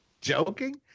joking